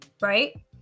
Right